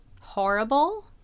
horrible